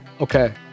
okay